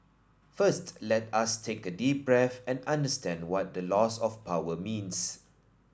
first let us take a deep breath and understand what the loss of power means